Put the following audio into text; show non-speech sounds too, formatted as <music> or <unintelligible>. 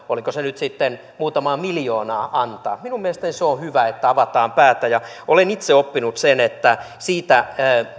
<unintelligible> oliko se nyt sitten muutamaa miljoonaa antaa minun mielestäni on hyvä että avataan päätä ja olen itse oppinut sen että sitä